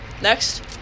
next